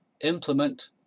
implement